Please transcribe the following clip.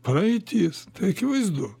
praeitis tai akivaizdu